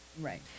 Right